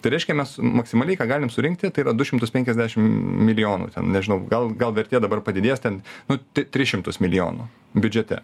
tai reiškia mes maksimaliai ką galim surinkti tai yra du šimtus penkiasdešim milijonų ten nežinau gal gal vertė dabar padidės ten nu ti tris šimtus milijonų biudžete